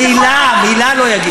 מילה לא יגידו לו.